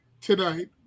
tonight